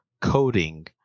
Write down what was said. coding